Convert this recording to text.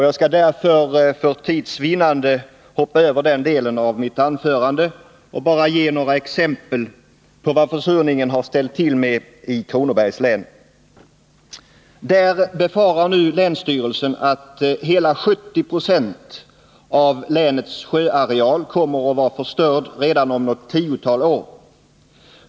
Jag skall därför — för tids vinnande — hoppa över den delen av mitt anförande och bara ge några exempel på vad försurningen ställt till med i Kronobergs län. Där befarar länsstyrelsen nu att hela 70 20 av länets sjöareal kommer att vara förstörd redan om något tiotal år.